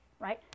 right